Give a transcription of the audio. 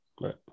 Right